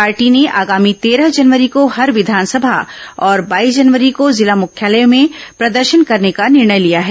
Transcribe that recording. party ने आगामी तेरह जनवरी को हर विधानसभा और बाईस जनवरी को जिला मुख्यालयों में प्रदर्शन करने का निर्णय लिया है